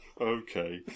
Okay